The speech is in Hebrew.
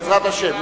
בעזרת השם.